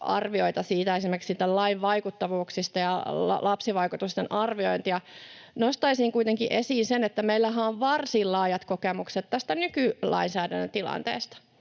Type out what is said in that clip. tämän lain vaikuttavuuksista ja lapsivaikutusten arviointia. Nostaisin kuitenkin esiin sen, että meillähän on varsin laajat kokemukset nykylainsäädännön tilanteesta,